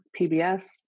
PBS